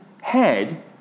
head